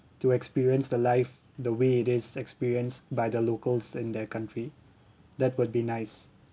to experience the life the way it is experienced by the locals in the country that would be nice